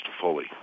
fully